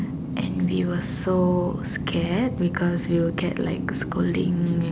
and we were so scared because you will get like scolding